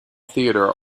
theatre